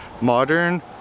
modern